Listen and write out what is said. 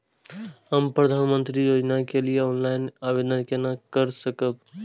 हम प्रधानमंत्री योजना के लिए ऑनलाइन आवेदन केना कर सकब?